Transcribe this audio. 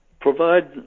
provide